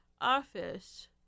office